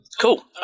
Cool